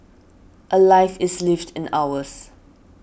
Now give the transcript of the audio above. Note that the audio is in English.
a life is lived in hours